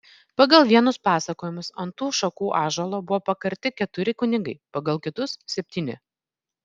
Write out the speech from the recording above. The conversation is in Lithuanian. pagal vienus pasakojimus ant tų šakų ąžuolo buvo pakarti keturi kunigai pagal kitus septyni